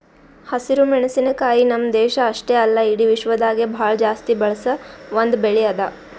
ಹಸಿರು ಮೆಣಸಿನಕಾಯಿ ನಮ್ಮ್ ದೇಶ ಅಷ್ಟೆ ಅಲ್ಲಾ ಇಡಿ ವಿಶ್ವದಾಗೆ ಭಾಳ ಜಾಸ್ತಿ ಬಳಸ ಒಂದ್ ಬೆಳಿ ಅದಾ